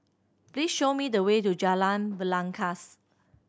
please show me the way to Jalan Belangkas